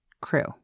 crew